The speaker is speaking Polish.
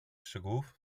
szczegółów